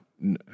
No